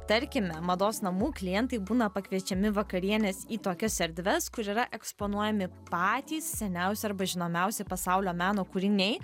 tarkime mados namų klientai būna pakviečiami vakarienės į tokias erdves kur yra eksponuojami patys seniausi arba žinomiausi pasaulio meno kūriniai